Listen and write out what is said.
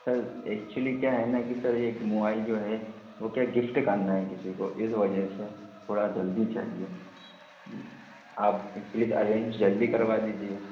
sir actually क्या है ना कि सर एक मोबाइल जो है वो क्या गिफ्ट करना है किसी को इस वजह से थोड़ा जल्दी चाहिए आप प्लीज़ अरेंज जल्दी करवा दीजिए